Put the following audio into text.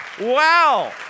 Wow